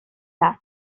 lat